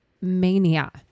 mania